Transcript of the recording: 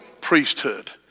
priesthood